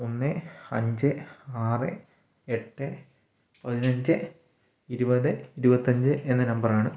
ഒന്ന് അഞ്ച് ആറ് എട്ട് പതിനഞ്ച് ഇരുപത് ഇരുപത്തഞ്ച് എന്ന നമ്പർ ആണ്